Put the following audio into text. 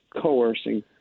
coercing